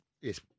Yes